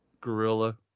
Gorilla